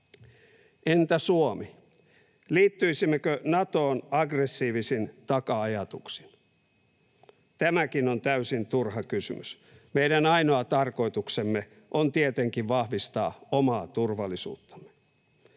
Entä Suomi? Liittyisimmekö Natoon aggressiivisin taka-ajatuksin? Tämäkin on täysin turha kysymys. Meidän ainoa tarkoituksemme on tietenkin vahvistaa omaa turvallisuuttamme.